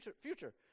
future